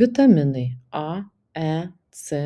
vitaminai a e c